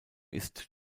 ist